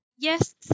Yes